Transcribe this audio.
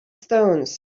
stones